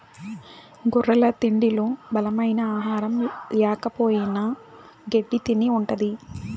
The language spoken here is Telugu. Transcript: గొర్రెల తిండిలో బలమైన ఆహారం ల్యాకపోయిన గెడ్డి తిని ఉంటది